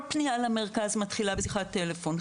כל פנייה למרכז מתחילה בשיחת טלפון.